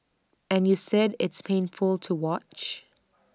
and you said it's painful to watch